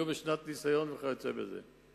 יהיו בשנת ניסיון וכיוצא בזה.